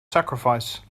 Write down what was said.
sacrifice